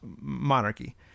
monarchy